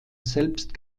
selbst